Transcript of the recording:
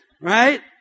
right